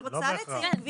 כן.